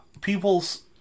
People's